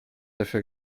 dafür